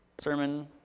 sermon